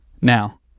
Now